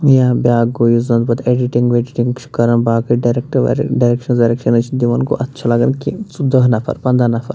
یا بیٛاکھ گوٚو یُس زَنہٕ پتہٕ اٮ۪ڈِٹِنٛگ وٮ۪ڈِٹِنٛگ چھِ کران باقٕے ڈَرٮ۪کٹ وَر ڈَریکشنٕز وَریکشنٕز چھِ دِوان گوٚو اَتھ چھِ لَگان کیٚنہہ ژُ داہ نفر پَنٛداہ نفر